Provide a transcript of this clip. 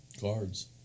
Cards